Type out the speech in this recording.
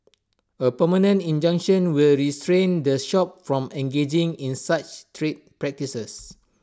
A permanent injunction will restrain the shop from engaging in such trade practices